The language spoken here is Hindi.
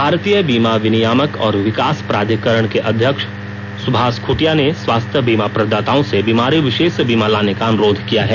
भारतीय बीमा विनियामक और विकास प्राधिकरण के अध्यक्ष सुभाष खुंटिया ने स्वास्थ्य बीमा प्रदाताओं से बीमारी विशेष बीमा लाने का अनुरोध किया है